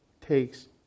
takes